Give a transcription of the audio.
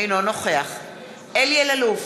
אינו נוכח אלי אלאלוף,